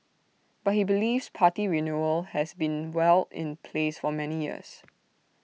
but he believes party renewal has been well in place for many years